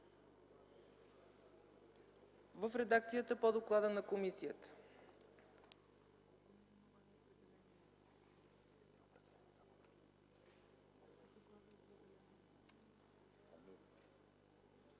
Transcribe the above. в редакцията по доклада на комисията.